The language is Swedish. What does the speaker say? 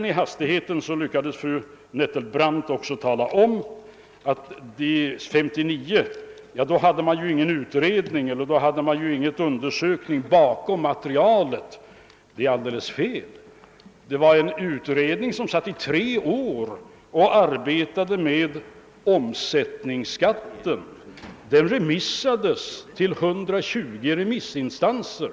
I hastigheten lyckades fru Nettelbrandt också tala om att man 1959 inte hade någon utredning, ingen undersökning bakom materialet. Det är alldeles fel. Det var en utredning som satt i tre år och arbetade med omsättningsskatten. Förslaget utsändes på remiss till 120 remissinstanser.